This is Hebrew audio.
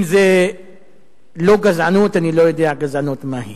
אם זו לא גזענות, אני לא יודע גזענות מהי.